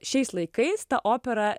šiais laikais ta opera